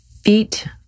feet